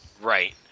right